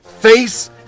face